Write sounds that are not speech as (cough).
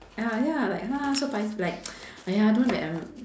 ah ya like !huh! so pai~ like (noise) !aiya! don't like um